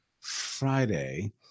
Friday